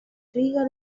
riga